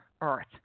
earth